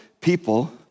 people